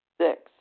Six